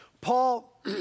Paul